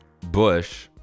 Bush